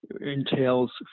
entails